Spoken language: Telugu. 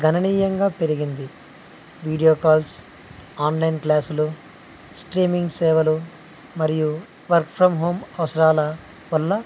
గణనీయంగా పెరిగింది వీడియో కాల్స్ ఆన్లైన్ క్లాసులు స్ట్రీమింగ్ సేవలు మరియు వర్క్ ఫ్రమ్ హోమ్ అవసరాల వల్ల